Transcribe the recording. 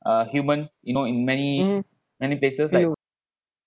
uh human you know in many many places like